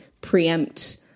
preempt